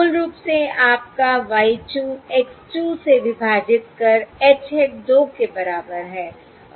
मूल रूप से आपका Y 2 X 2 से विभाजित कर H hat 2 के बराबर है